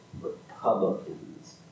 Republicans